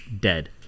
Dead